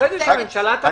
אחרי זה, כשהממשלה תביא.